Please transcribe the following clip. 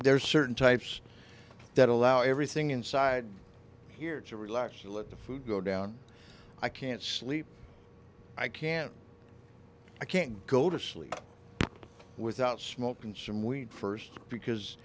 there's certain types that allow everything inside here to relax and let the food go down i can't sleep i can't i can't go to sleep without smokin some weed first because